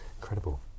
Incredible